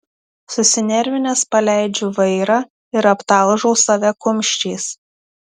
susinervinęs paleidžiu vairą ir aptalžau save kumščiais